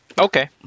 Okay